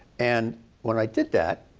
and when i did that,